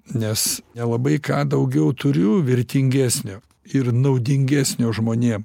nes nelabai ką daugiau turiu vertingesnio ir naudingesnio žmonėm